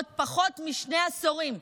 עוד פחות משני עשורים,